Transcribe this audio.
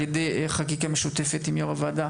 על ידי חקיקה משותפת עם יו"ר הוועדה,